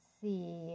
see